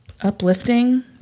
Uplifting